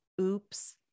oops